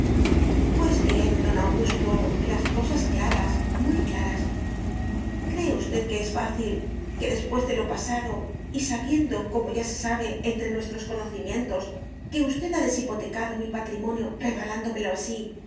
pues bien don augusto las cosas claras muy claras cree usted que es fácil que después de lo pasado y sabiendo como ya se sabe entre nuestros conocimientos que usted ha deshipotecado mi patrimonio regalándomelo así